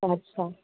अच्छा